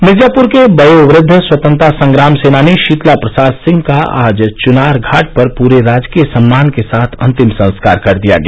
मिर्जापुर के वयोवृद्व स्वतंत्रता संग्राम सेनानी शीतला प्रसाद सिंह का आज चुनार घाट पर पूरे राजकीय सम्मान के साथ अन्तिम संस्कार कर दिया गया